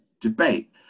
debate